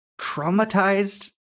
traumatized